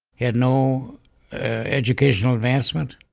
he had no educational advancement.